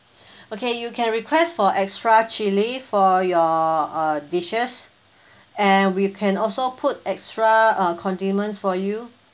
okay you can request for extra chili for your uh dishes and we can also put extra uh condiments for you